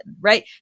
right